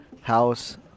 house